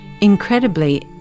Incredibly